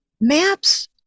maps